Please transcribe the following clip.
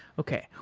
okay.